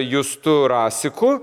justu rasiku